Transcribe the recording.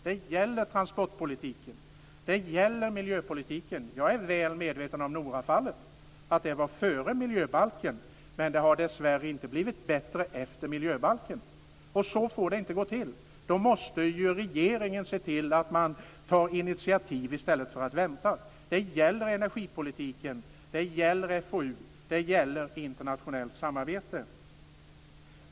Det gäller transportpolitiken. Det gäller miljöpolitiken. Jag är väl medveten om att Norafallet var före den nya miljöbalken. Men det har dessvärre inte blivit bättre efter den nya miljöbalken. Och så får det inte gå till. Då måste regeringen se till att man tar initiativ i stället för att vänta. Det gäller energipolitiken, det gäller FOU, det gäller internationellt samarbete.